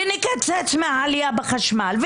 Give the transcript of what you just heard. נקצץ מהעלייה בחשמל,